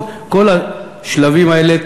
כל השלבים האלה,